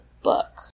book